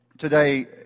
Today